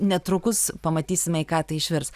netrukus pamatysime į ką tai išvirs